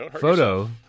photo